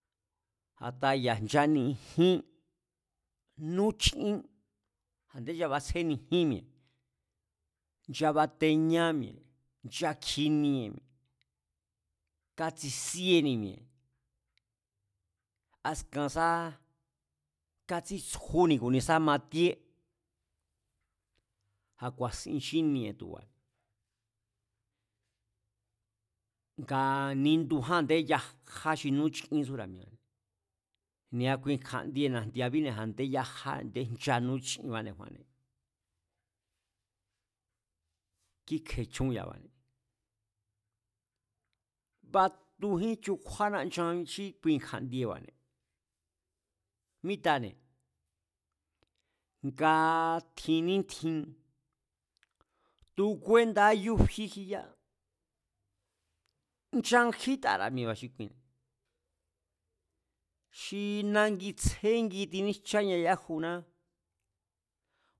A̱ta ya̱ nchanijín, nú chín, a̱nde nchabatsjénijín mi̱e̱, nchabateñá mi̱e̱, nchakjinie mi̱e̱, kátsisíéni mi̱e̱, askan sa katsítsjúni mi̱e̱ ku̱ni sá matíé, a̱ ku̱a̱sin chínie tuba̱ne̱, nga ninduján a̱nde yajá xi núchín tsúra̱ mi̱e̱, ne̱a kui kju̱a̱ndien na̱jndi̱a̱bine̱ a̱ndé yajá a̱ndé ncha núchinbáne̱, kíkje̱ chún ya̱ba̱ne̱. Batujín chukjúáná nchan xí kui kja̱ndieba̱ne̱, mítane̱ nga tjin nítjin, tu̱ kuenda̱ nga yufi kjiya, nchan kjítara̱ mi̱e̱ba̱ xi kui, xi nagi tsjéngi tiníjchaña yájuná